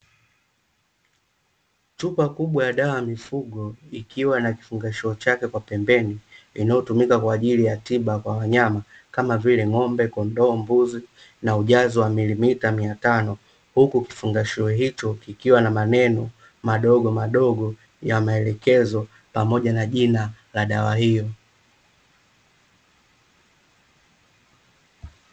Chupa kubwa ya dawa ya mifugo, ikiwa na kifungashio chake kwa pembeni inayotumika kwa ajili ya tiba kwa wanyama kama vile: ng'ombe, kondoo, mbuzi na ujazo wa milimita mia tano. Huku kifungashio hicho kikiwa na maneno madogomadogo ya maelekezo, pamoja na jina la dawa hiyo.